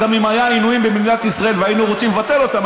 גם אם היו עינויים במדינת ישראל והיינו רוצים לבטל אותם,